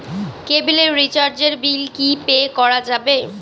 কেবিলের রিচার্জের বিল কি পে করা যাবে?